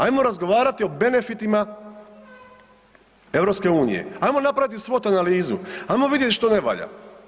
Ajmo razgovarati o benefitima EU, ajmo napraviti svo tu analizu, ajmo vidjet što ne valja.